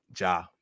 Ja